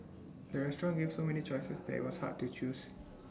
the restaurant gave so many choices that IT was hard to choose